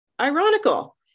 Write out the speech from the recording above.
ironical